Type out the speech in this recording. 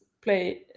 play